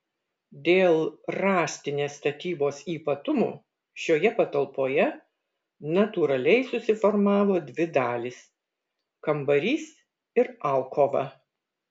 dėl rąstinės statybos ypatumų šioje patalpoje natūraliai susiformavo dvi dalys kambarys ir alkova